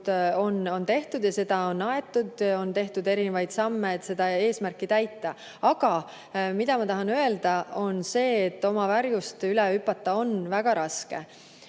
tehtud ja on astutud erinevaid samme, et seda eesmärki täita. Aga ma tahan öelda seda, et oma varjust üle hüpata on väga raske.